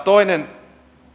toinen